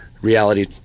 reality